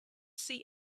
see